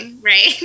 right